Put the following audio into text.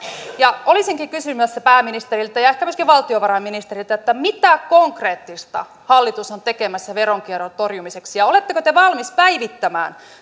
olisinkin kysymässä pääministeriltä ja ehkä myöskin valtiovarainministeriltä mitä konkreettista hallitus on tekemässä veronkierron torjumiseksi ja oletteko te valmis päivittämään